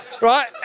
Right